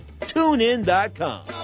TuneIn.com